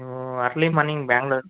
ನೀವು early morning Bengaluru